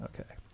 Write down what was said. Okay